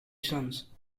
sons